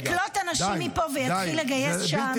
-- שיקלוט אנשים מפה ויתחיל לגייס שם -- די.